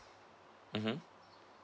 mmhmm